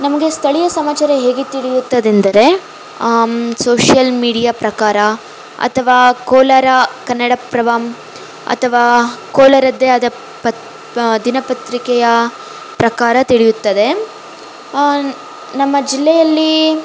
ನಮಗೆ ಸ್ಥಳೀಯ ಸಮಾಚಾರ ಹೇಗೆ ತಿಳಿಯುತ್ತದೆಂದರೆ ಸೋಶಿಯಲ್ ಮೀಡಿಯಾ ಪ್ರಕಾರ ಅಥವಾ ಕೋಲಾರ ಕನ್ನಡ ಪ್ರಭಾ ಅಥವಾ ಕೋಲಾರದ್ದೇ ಆದ ಪತ್ ದಿನಪತ್ರಿಕೆಯ ಪ್ರಕಾರ ತಿಳಿಯುತ್ತದೆ ನಮ್ಮ ಜಿಲ್ಲೆಯಲ್ಲಿ